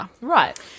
Right